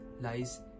lies